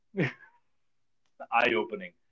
Eye-opening